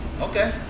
Okay